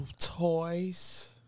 toys